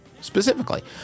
specifically